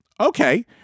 Okay